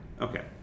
Okay